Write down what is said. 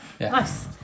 Nice